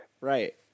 Right